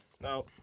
Now